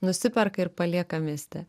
nusiperka ir palieka mieste